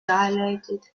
dilated